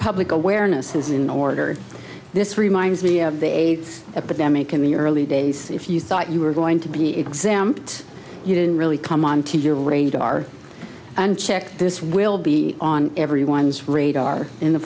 public awareness is in order this reminds me of a a epidemic in the early days if you thought you were going to be examined you didn't really come on t v or radar and check this will be on everyone's radar in the